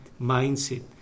mindset